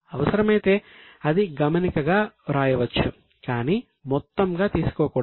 అవసరమైతే అది గమనికగా వ్రాయవచ్చు కానీ మొత్తంగా తీసుకోకూడదు